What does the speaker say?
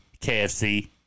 KFC